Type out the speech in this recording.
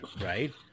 right